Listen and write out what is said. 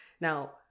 now